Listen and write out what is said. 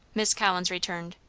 miss collins returned.